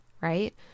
right